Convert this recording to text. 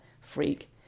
freak